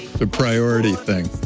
the priority thing.